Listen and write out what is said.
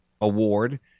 award